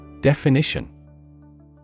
Definition